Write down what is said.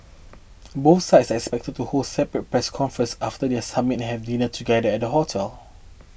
both sides are expected to hold separate press conferences after their summit and have dinner together at the hotel